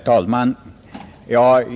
Herr talman!